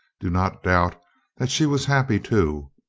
do not doubt that she was happy, too.